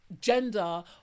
gender